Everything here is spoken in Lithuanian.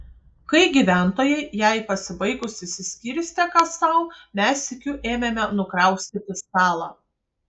kai gyventojai jai pasibaigus išsiskirstė kas sau mes sykiu ėmėme nukraustyti stalą